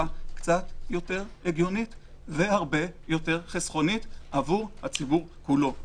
קצת יותר הגיונית והרבה יותר חסכונית עבור הציבור כולו.